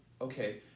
Okay